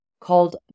called